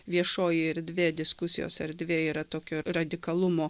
viešoji erdvė diskusijos erdvė yra tokio radikalumo